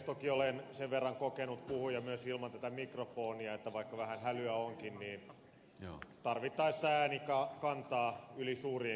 toki olen sen verran kokenut puhuja myös ilman tätä mikrofonia että vaikka vähän hälyä onkin niin tarvittaessa ääni kantaa yli suurienkin joukkojen